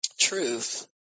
truth